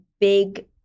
big